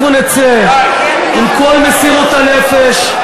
אנחנו נצא עם כל מסירות הנפש,